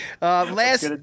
last